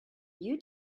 you